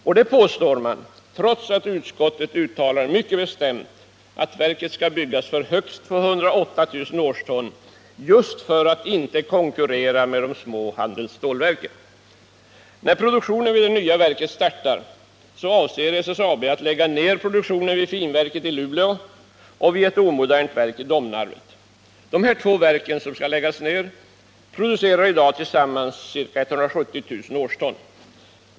Detta påstår man, trots att utskottet mycket bestämt uttalar att verket skall byggas för högst 208 000 årston just för att inte konkurrera med de små handelsstålverken. När produktionen vid det nya verket startar, avser SSAB att lägga ner produktionen vid finvalsverket i Luleå och vid ett omodernt verk i Domnarvet. Dessa två verk producerar i dag tillsammans ca 170 000 årston.